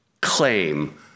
claim